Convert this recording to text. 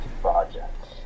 projects